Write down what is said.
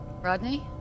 Rodney